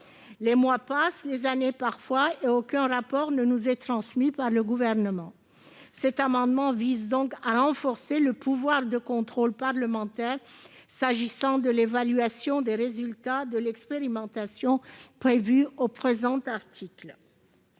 Les mois passent, les années parfois, et aucun rapport ne nous est remis par le Gouvernement. Cet amendement vise donc à renforcer le pouvoir de contrôle parlementaire s'agissant de l'évaluation des résultats de l'expérimentation prévue au présent article.